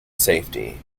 safety